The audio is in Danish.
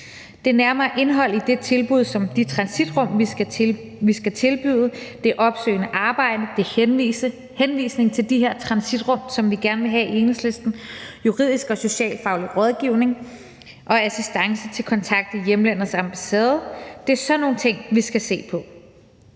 Det nærmere indhold i det tilbud, som de transitrum, vi skal tilbyde, er opsøgende arbejde, det er henvisningen til de her transitrum, som vi i Enhedslisten gerne vil have, juridisk og socialfaglig rådgivning og assistance til at kontakte hjemlandets ambassade. Det er sådan nogle ting, vi skal se på.